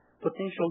potential